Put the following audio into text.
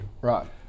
right